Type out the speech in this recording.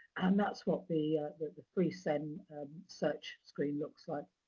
and that's what the the freecen search screen looks like.